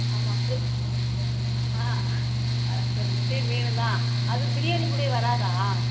ஆமாம் ஃபிரிஷ் ஆ சார் முட்டையும் வேணுந்தான் அது பிரியாணி கூட வராதா